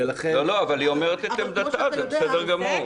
לא, אבל היא אומרת את עמדתה, זה בסדר גמור.